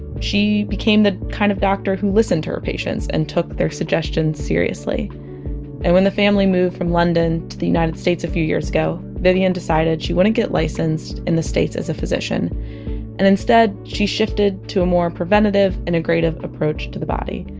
she became the kind of doctor who listened to her patients and took their suggestions seriously and when the family moved from london to the united states a few years ago, vivian decided she wouldn't get licensed in the states as a physician and instead, she's shifted to a more preventative, integrative approach to the body.